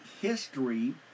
history